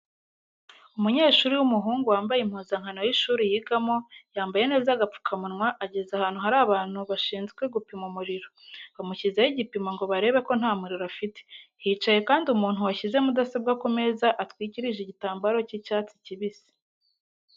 Umunyeshuri w'umuhungu wambaye impuzankano y'ishuri yigamo, yambaye neza agapfukamunwa ageze ahantu hari abantu bashinzwe gupima umuriro, bamushyizeho igipimo ngo barebe ko nta muriro afite, hicaye kandi umuntu washyize mudasobwa ku meza atwikirije igitambaro cy'icyatsi kibisi.